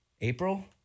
April